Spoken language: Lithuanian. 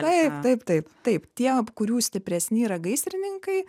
taip taip taip taip tie kurių stipresni yra gaisrininkai